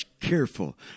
careful